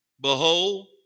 Behold